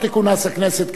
לא תכונס הכנסת,